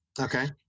Okay